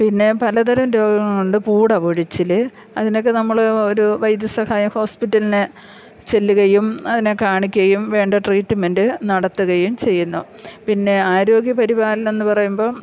പിന്നെ പലതരം രോഗങ്ങൾ ഉണ്ട് പൂട പൊഴിച്ചിൽ അതിനൊക്കെ നമ്മൾ ഒരു വൈദ്യസഹായം ഹോസ്പിറ്റലിൽ ചെല്ലുകയും അതിനെ കാണിക്കുകയും വേണ്ട ട്രീറ്റ്മെൻറ് നടത്തുകയും ചെയ്യുന്നു പിന്നെ ആരോഗ്യ പരിപാലനം എന്നു പറയുമ്പം